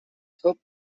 hope